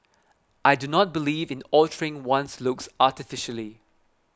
I do not believe in altering one's looks artificially